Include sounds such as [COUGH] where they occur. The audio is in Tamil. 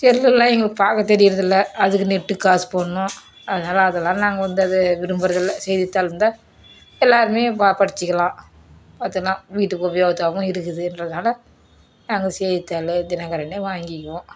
செல்லுலாம் எங்களுக்கு பார்க்க தெரிகிறதில்ல அதுக்கு நெட்டுக்கு காசு போடணும் அதனால் அதலாம் நாங்கள் வந்து அது விரும்புகிறதில்ல செய்தித்தாள்ருந்தால் எல்லோருமே படிச்சிக்கலான் [UNINTELLIGIBLE] வீட்டுக்கு உபயோகிப்பாவும் இருக்குதுன்றதால் நாங்கள் செய்தித்தாள் தினகரனே வாங்கிக்குவோம்